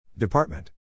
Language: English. Department